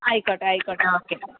ആയിക്കോട്ടെ ആയിക്കോട്ടെ ഓക്കെ